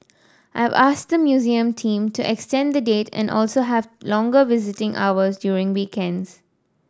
I've asked the museum team to extend the date and also to have longer visiting hours during weekends